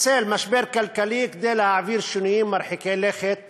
ניצל משבר כלכלי כדי להעביר שינויים מרחיקי לכת